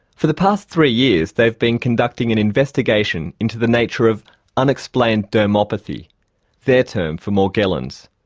for the past three years they've been conducting an investigation into the nature of unexplained dermopathy their term for morgellons.